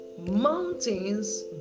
Mountains